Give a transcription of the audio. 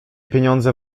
pieniądze